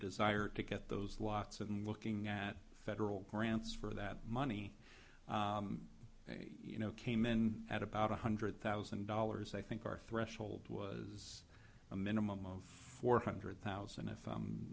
desire to get those lots and looking at federal grants for that money you know came in at about one hundred thousand dollars i think our threshold was a minimum of four hundred thousand if